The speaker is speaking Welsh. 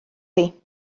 chi